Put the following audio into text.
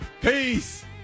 Peace